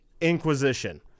Inquisition